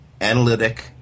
analytic